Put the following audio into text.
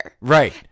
Right